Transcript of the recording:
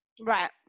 right